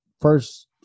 first